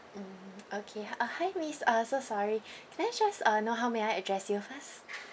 mm okay h~ uh hi miss uh so sorry can I just uh know how may I address you first